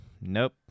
nope